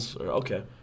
Okay